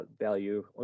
value